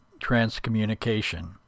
transcommunication